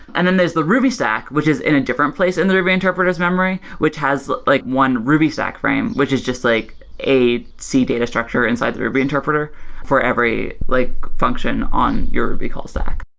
and then there's the ruby stack, which is in a different place in the ruby interpreter s memory, which has like one ruby stack frame, which is just like a c data structure inside the ruby interpreter for every like function on your ruby call stack.